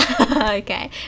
Okay